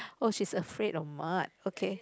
oh she's afraid of mud okay